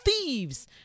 thieves